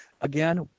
Again